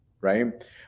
right